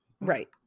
right